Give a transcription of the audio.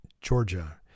Georgia